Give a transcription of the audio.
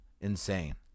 insane